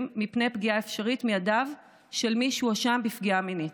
מפני פגיעה אפשרית מידיו של מי שהואשם בפגיעה מינית.